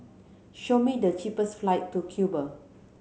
show me the cheapest flight to Cuba